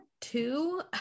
two